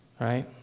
right